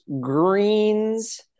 greens